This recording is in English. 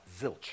zilch